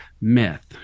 myth